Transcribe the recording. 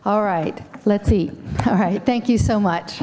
all right let's see all right thank you so much